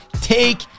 take